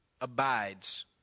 abides